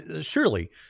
surely